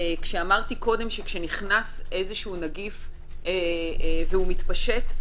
אמרתי קודם שכאשר נכנס נגיף והוא מתפשט,